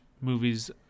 movies